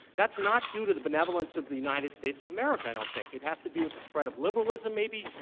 that's not due to the benevolence of the united states of america, i don't think. it has to do with the spread of liberalism, maybe,